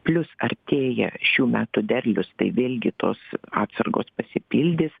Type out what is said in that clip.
plius artėja šių metų derlius tai vėlgi tos atsargos pasipildys